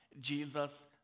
Jesus